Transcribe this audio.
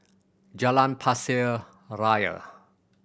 Jalan Pasir Ria